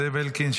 זאב אלקין,